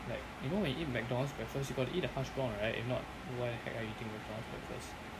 like you know when you eat McDonald's breakfast you got to eat the hash brown right if not why the heck are you eating McDonald's breakfast